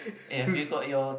eh have you got your